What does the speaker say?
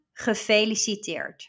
gefeliciteerd